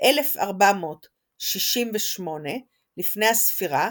ב-1468 לפנה"ס